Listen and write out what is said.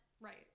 Right